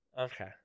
Okay